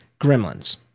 gremlins